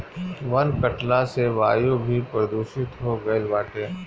वन कटला से वायु भी प्रदूषित हो गईल बाटे